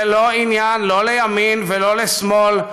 זה לא עניין לא לימין ולא שמאל,